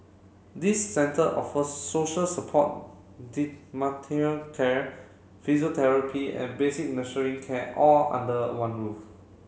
these centre offer social support care physiotherapy and basic care all under one roof